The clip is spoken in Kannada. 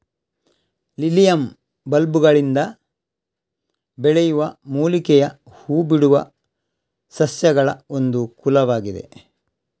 ಲಿಲಿಯಮ್ ಬಲ್ಬುಗಳಿಂದ ಬೆಳೆಯುವ ಮೂಲಿಕೆಯ ಹೂ ಬಿಡುವ ಸಸ್ಯಗಳಒಂದು ಕುಲವಾಗಿದೆ